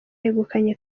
yegukanye